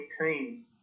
teams